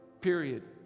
period